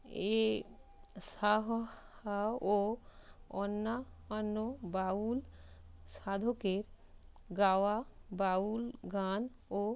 এ সাহো হাও অন্যা অন্য বাউল সাধকের গাওয়া বাউল গান ও